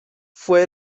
fue